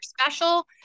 special